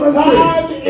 time